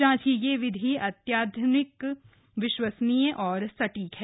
जांच की यह विधि अत्याधिक विश्वसनीय और सटीक है